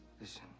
Listen